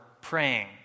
praying